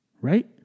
Right